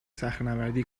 صخرهنوردی